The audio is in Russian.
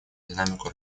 динамику